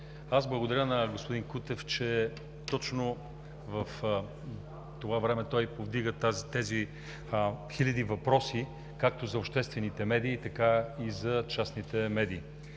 Благодаря на господин Кутев, че точно в това време той повдига тези хиляди въпроси както за обществените медии, така и за частните медии.